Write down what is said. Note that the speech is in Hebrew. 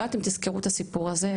אל יודעת אם תזכרו את הסיפור הזה,